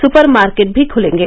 सपर market भी खुलेंगे